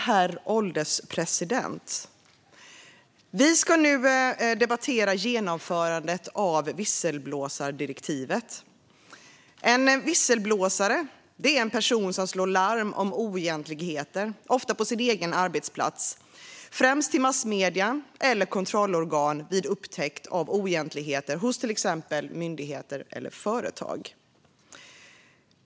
Herr ålderspresident! Vi ska nu debattera genomförandet av visselblåsardirektivet. En visselblåsare är en person som slår larm om oegentligheter, ofta på sin egen arbetsplats, främst till massmedier eller kontrollorgan vid upptäckt av oegentligheter hos till exempel myndigheter och företag.